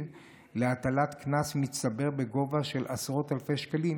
להטלת קנס מצטבר בגובה של עשרות אלפי שקלים.